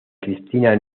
cristina